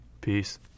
Peace